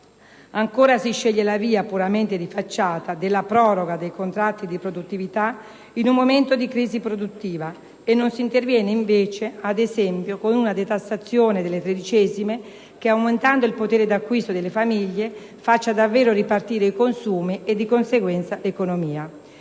Ancora, si sceglie la via, puramente di facciata, della proroga dei contratti di produttività in un momento di crisi produttiva, e non si interviene invece, ad esempio, con una detassazione delle tredicesime, che, aumentando il potere d'acquisto delle famiglie, faccia davvero ripartire i consumi e, di conseguenza, l'economia.